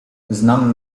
znam